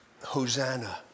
Hosanna